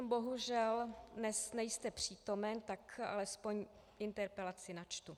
Bohužel dnes nejste přítomen, tak alespoň interpelaci načtu.